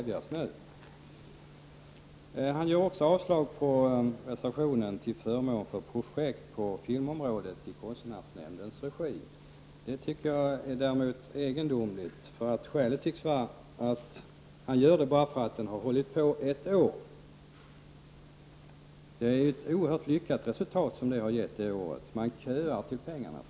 Erkki Tammenoksa yrkar också avslag på reservationen som handlar om projekt på filmområdet i kontnärsnämndens regi. Det tycker jag är egendomligt, eftersom Erkki Tammenoksas skäl för sitt yrkande tycks vara att verksamheten har varit i gång under bara ett år. Under det året har man faktiskt uppnått ett oerhört lyckat resultat. Folk köar för pengarna.